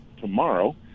tomorrow